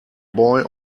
boy